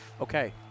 Okay